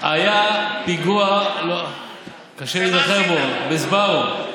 היה פיגוע, קשה להיזכר בו, בסבארו.